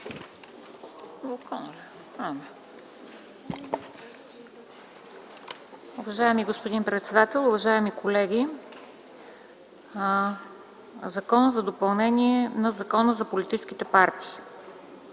Уважаеми господин председател, уважаеми колеги! „Закон за допълнение на Закона за политическите партии.”